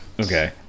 Okay